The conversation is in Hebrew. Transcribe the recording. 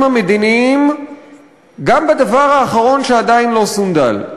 המדיניים גם בדבר האחרון שעדיין לא סונדל.